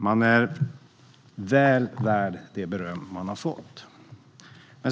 Man är väl värd det beröm man har fått.